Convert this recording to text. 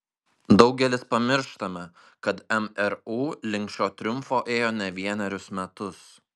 daugelis pamirštame kad mru link šio triumfo ėjo ne vienerius metus